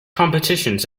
competitions